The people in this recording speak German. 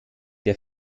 der